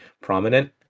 prominent